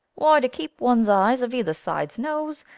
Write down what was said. why, to keep one's eyes of either side's nose,